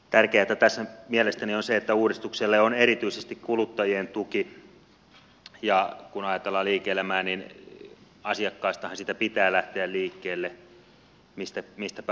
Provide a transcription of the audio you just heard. tärkeätä tässä mielestäni on se että uudistukselle on erityisesti kuluttajien tuki ja kun ajatellaan liike elämää niin asiakkaistahan sitä pitää lähteä liikkeelle mistäpä muustakaan